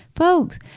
Folks